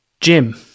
Jim